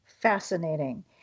fascinating